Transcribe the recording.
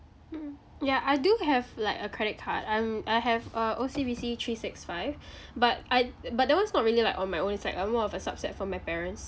mm mm ya I do have like a credit card um I have a O_C_B_C three six five but I but that [one] is not really like on my own it's like a more of a subset from my parents